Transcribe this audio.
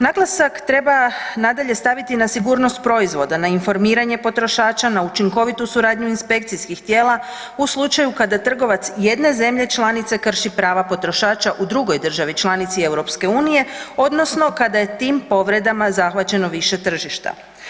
Naglasak treba nadalje staviti na sigurnost proizvoda, na informiranje potrošača, na učinkovitu suradnju inspekcijskih tijela u slučaju kada trgovac jedne zemlje članice krši prava potrošača u drugoj državi članici EU odnosno kada je tim povredama zahvaćeno više tržišta.